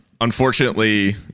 Unfortunately